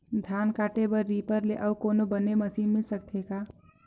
धान काटे बर रीपर ले अउ कोनो बने मशीन मिल सकथे का?